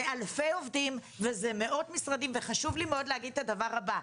זה אלפי עובדים וזה מאות משרדים וחשוב לי מאוד להגיד את הדבר הבא,